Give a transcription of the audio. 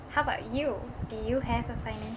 how about you do you have a financial